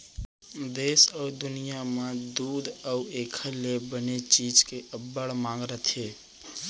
देस अउ दुनियॉं म दूद अउ एकर ले बने चीज के अब्बड़ मांग रथे